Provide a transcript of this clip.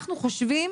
אנחנו חושבים